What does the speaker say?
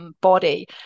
body